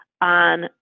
on